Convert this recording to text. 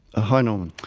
ah hi norman.